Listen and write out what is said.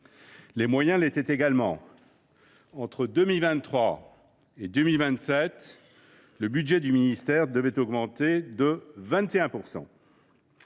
Les moyens l’étaient également : entre 2023 et 2027, le budget du ministère devait augmenter de 21 %.